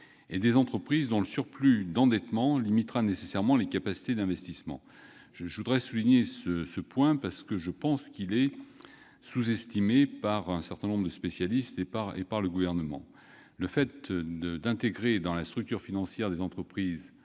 -et des entreprises dont le surcroît d'endettement limitera nécessairement les capacités d'investissement. J'insiste sur ce dernier point, car il me paraît sous-estimé par un certain nombre de spécialistes et par le Gouvernement : intégrer dans la structure financière des entreprises